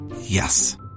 Yes